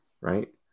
right